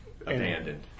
abandoned